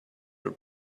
will